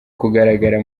kugaragara